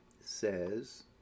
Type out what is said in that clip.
says